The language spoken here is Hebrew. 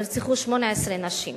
נרצחו 18 נשים,